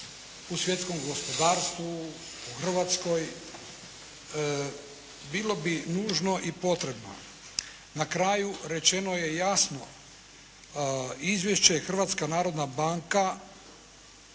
u svjetskom gospodarstvu, u Hrvatskoj, bilo bi nužno i potrebno. Na kraju rečeno je jasno, Izvješće Hrvatska narodna banka